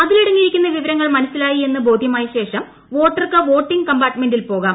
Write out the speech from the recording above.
അതിലടങ്ങിയിരിക്കുന്ന വിവരങ്ങൾ മനസിലായി എന്ന് ബോധ്യമായശേഷം വോട്ടർക്ക് വോട്ടിംഗ് കമ്പാർട്ട്മെന്റിൽ പോകാം